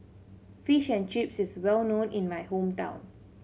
Fish and Chips is well known in my hometown